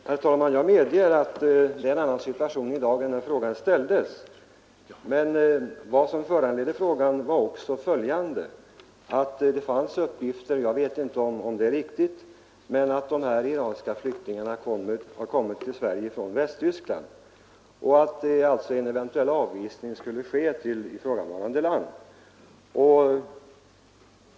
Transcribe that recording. Herr talman! Jag medger att det är en annan situation i dag än när frågan ställdes. Men vad som föranledde frågan var också att det fanns uppgifter — jag vet nu inte om de är riktiga — om att de här iranska flyktingarna har kommit till Sverige från Västtyskland. En eventuell avvisning skulle alltså ske dit.